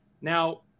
Now